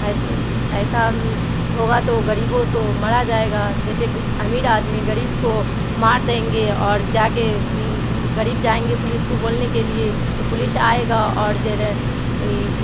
ایسا ہوگا تو غریبوں تو مرا جائے گا جیسے امیر آدمی غریب کو مار دیں گے اور جا کے غریب جائیں گے پولیس کو بولنے کے لیے تو پولیش آئے گا اور جو ہے نا